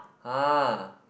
!huh!